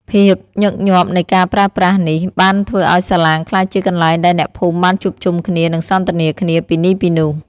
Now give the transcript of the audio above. ភាពញឹកញាប់នៃការប្រើប្រាស់នេះបានធ្វើឱ្យសាឡាងក្លាយជាកន្លែងដែលអ្នកភូមិបានជួបជុំគ្នានិងសន្ទនាគ្នាពីនេះពីនោះ។